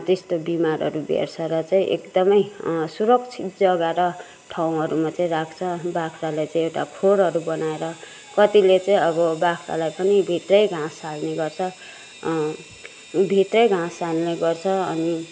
त्यस्तो बिमारहरू भेट्छ र चाहिँ एकदमै सुरक्षित जग्गा र ठाउँहरूमा चाहिँ राख्छ बाख्रालाई चाहिँ एउटा खोरहरू बनाएर कतिले चाहिँ अब बाख्रालाई पनि भित्रै घाँस हाल्ने गर्छ भित्रै घाँस हाल्ने गर्छ अनि